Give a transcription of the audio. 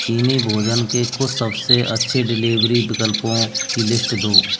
चीनी भोजन के कुछ सबसे अच्छी डिलेवरी विकल्पों की लिश्ट दो